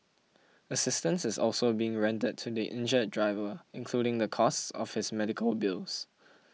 assistance is also being rendered to the injured driver including the cost of his medical bills